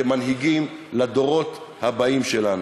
כמנהיגים, לדורות הבאים שלנו.